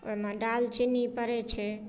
ओहिमे दालचीनी पड़ैत छै